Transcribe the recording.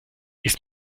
ist